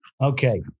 Okay